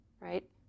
right